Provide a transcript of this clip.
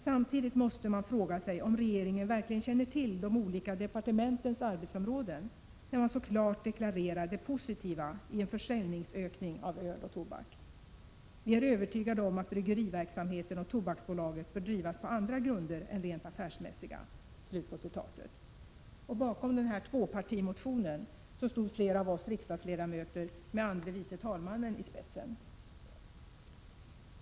Samtidigt måste man fråga sig om regeringen verkligen känner till de olika departementens arbetsområden när man så klart deklarerar det positiva i en försäljningsökning av öl och tobak. ——— Vi är övertygade om att bryggeriverksamheten och Tobaksbolaget bör drivas på andra grunder än rent affärsmässiga.” Bakom den här tvåpartimotionen stod flera av oss riksdagsledamöter, med andre vice talman i spetsen.